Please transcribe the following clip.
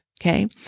okay